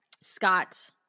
Scott